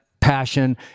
passion